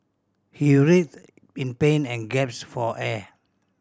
he writhed in pain and gaps for air